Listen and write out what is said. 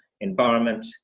environment